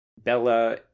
Bella